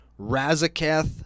Razaketh